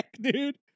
dude